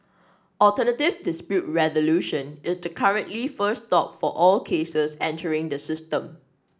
alternative dispute resolution is the currently first stop for all cases entering the system